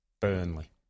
Burnley